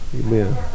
Amen